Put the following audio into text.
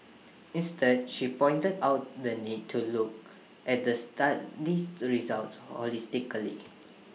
instead she pointed out the need to look at the study's results holistically